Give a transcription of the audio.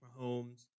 Mahomes